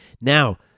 Now